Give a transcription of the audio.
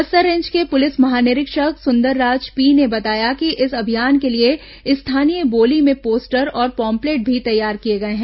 Bastar range के police महानिरीक्षक Sundarraj P ने बताया कि इस अभियान के लिए स्थानीय बोली में पोस्टर और पॉम्पलेट भी तैयार किए गए हैं